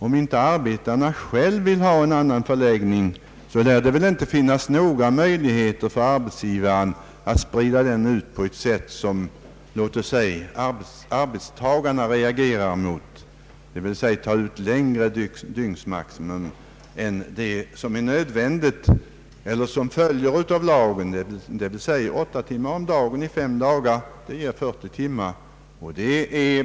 Om inte arbetarna själva vill ha en annan förläggning av arbetstiden lär det inte finnas några möjligheter för arbetsgivaren att sprida ut den på ett sätt som arbetstagarna reagerar mot, d.v.s. ta ut längre dygnsmaximum än det som är nödvändigt eller som följer av lagen, nämligen åtta timmar om dagen i fem dagar, vilket ger 40 timmar.